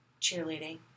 cheerleading